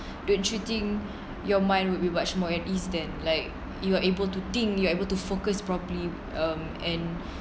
the treating your mind will be much more at ease than like you were able to think you are able to focus properly um and